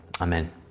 Amen